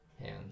hands